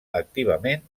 activament